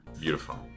beautiful